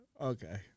Okay